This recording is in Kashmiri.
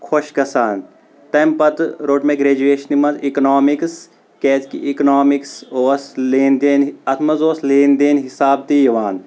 خۄش گژھان تمہِ پتہٕ روٚٹ مےٚ گرجویشنہِ منٛز اکنامِکس کیاز کہِ اکنامکس اوس لین دین اتھ منٛز اوس لین دین حساب تہِ یِوان